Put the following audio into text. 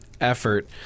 effort